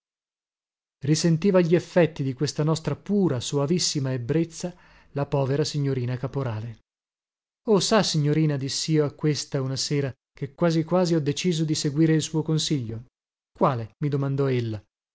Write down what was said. risentiva gli effetti di questa nostra pura soavissima ebrezza la povera signorina caporale oh sa signorina dissio a questa una sera che quasi quasi ho deciso di seguire il suo consiglio quale mi domandò ella